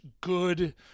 good